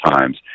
times